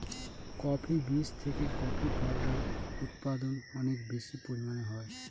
coffee বীজ থেকে coffee powder উৎপাদন অনেক বেশি পরিমানে হয়